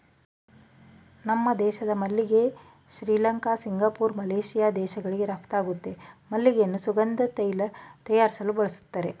ನಮ್ಮ ದೇಶದ ಮಲ್ಲಿಗೆ ಶ್ರೀಲಂಕಾ ಸಿಂಗಪೂರ್ ಮಲೇಶಿಯಾ ದೇಶಗಳಿಗೆ ರಫ್ತಾಗುತ್ತೆ ಮಲ್ಲಿಗೆಯನ್ನು ಸುಗಂಧಿತ ತೈಲ ತಯಾರಿಸಲು ಬಳಸ್ತರೆ